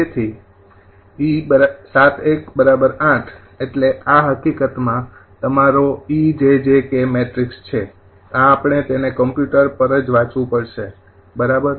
તેથી 𝑒૭૧ ૮ એટલે આ હકીકતમાં તમારો 𝑒𝑗𝑗𝑘 મેટ્રિક્સ છે આ આપણે તેને કમ્પ્યુટર પર જ વાંચવું પડશે બરાબર